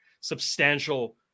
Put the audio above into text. substantial